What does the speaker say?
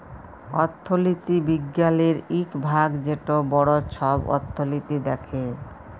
অথ্থলিতি বিজ্ঞালের ইক ভাগ যেট বড় ছব অথ্থলিতি দ্যাখে